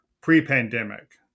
pre-pandemic